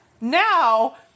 Now